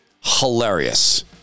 hilarious